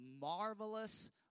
marvelous